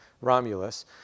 Romulus